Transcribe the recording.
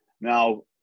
now